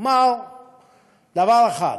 אומר דבר אחד: